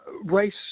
Race